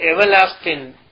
everlasting